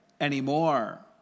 anymore